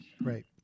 Right